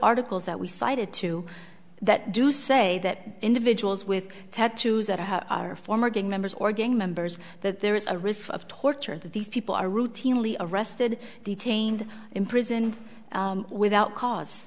articles that we cited to that do say that individuals with tattoos that are former gang members or gang members that there is a risk of torture that these people are routinely arrested detained imprisoned without cause